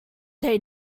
they